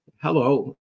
Hello